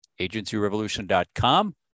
agencyrevolution.com